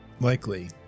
Likely